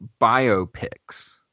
biopics